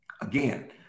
again